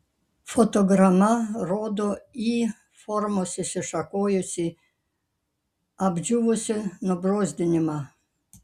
fotograma rodo y formos išsišakojusį apdžiūvusį nubrozdinimą